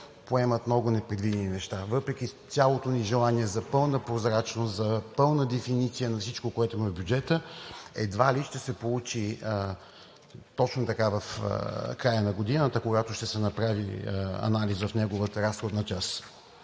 поемат много непредвидени неща. Въпреки цялото ни желание за пълна прозрачност, за пълна дефиниция на всичко, което има в бюджета, едва ли ще се получи точно така в края на годината, когато ще се направи анализ в неговата разходна част.